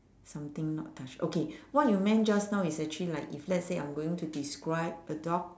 something not touch okay what you meant just now is actually like if let's say I am going to describe a dog